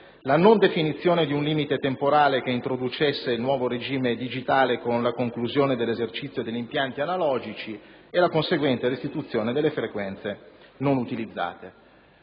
la non definizione di un limite temporale che introducesse un nuovo regime digitale, con la conclusione dell'esercizio degli impianti analogici e la conseguente restituzione delle frequenze non utilizzate.